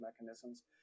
mechanisms